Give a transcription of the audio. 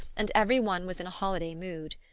and every one was in a holiday mood.